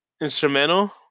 instrumental